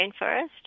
rainforest